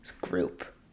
group